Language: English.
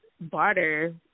barter